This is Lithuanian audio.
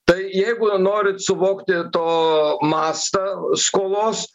tai jeigu norit suvokti to mastą skolos